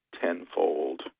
tenfold